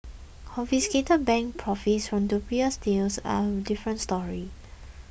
confiscated bank profits from dubious deals are a different story